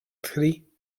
tri